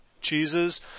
cheeses